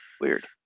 Weird